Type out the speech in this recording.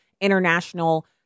international